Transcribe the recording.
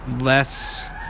less